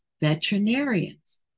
veterinarians